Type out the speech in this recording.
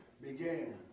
began